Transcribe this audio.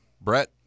Brett